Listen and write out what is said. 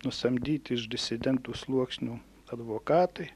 nusamdyti iš disidentų sluoksnių advokatai